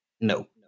No